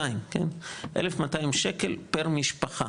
₪ פר משפחה.